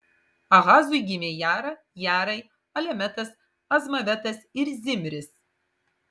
ahazui gimė jara jarai alemetas azmavetas ir zimris